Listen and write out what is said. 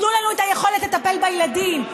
תנו לנו את היכולת לטפל בילדים.